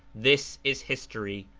this is history,